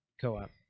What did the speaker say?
co-op